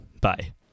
bye